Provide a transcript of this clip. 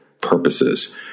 purposes